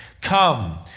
Come